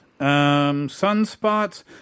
Sunspots